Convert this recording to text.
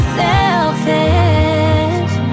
selfish